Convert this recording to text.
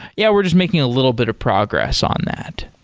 yeah, we're just making a little bit of progress on that.